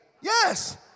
Yes